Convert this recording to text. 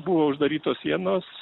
buvo uždarytos sienos